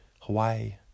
Hawaii